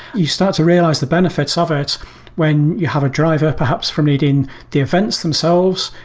you start to realize the benefits of it when you have a driver perhaps from needing the events themselves,